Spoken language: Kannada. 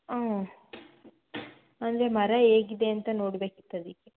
ಹಾಂ ಅಂದರೆ ಮರ ಹೇಗಿದೆ ಅಂತ ನೋಡ್ಬೇಕಿತ್ತು ಅದಕ್ಕೆ